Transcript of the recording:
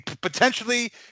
Potentially